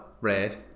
red